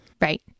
Right